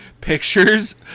pictures